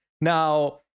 Now